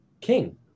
King